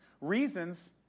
Reasons